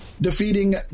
defeating